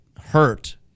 hurt